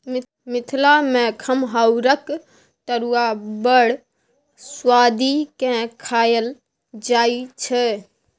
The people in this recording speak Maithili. मिथिला मे खमहाउरक तरुआ बड़ सुआदि केँ खाएल जाइ छै